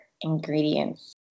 ingredients